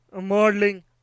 modeling